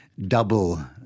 double